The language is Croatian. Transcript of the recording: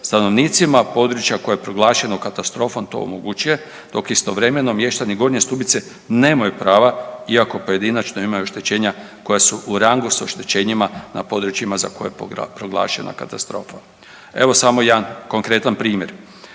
stanovnicima područja koje je proglašeno katastrofom to omogućuje, dok istovremeno mještani Gornje Stubice nemaju prava iako pojedinačno imaju oštećenja koja su u rangu s oštećenjima na područjima za koje je proglašena katastrofa. Evo samo jedan konkretan primjer.